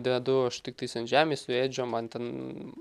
dedu aš tiktais ant žemės su ėdžiom man ten